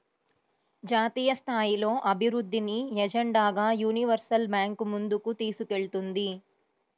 జాతీయస్థాయిలో అభివృద్ధిని ఎజెండాగా యూనివర్సల్ బ్యాంకు ముందుకు తీసుకెళ్తుంది